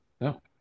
No